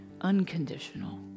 unconditional